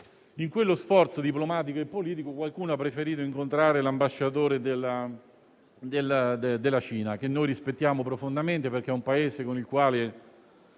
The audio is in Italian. in quello sforzo diplomatico e politico, qualcuno ha preferito incontrare l'ambasciatore della Cina, Paese che noi rispettiamo profondamente perché abbiamo